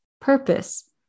purpose